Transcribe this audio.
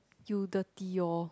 you dirty orh